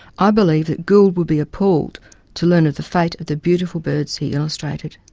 i believe that gould would be appalled to learn of the fate of the beautiful birds he illustrated.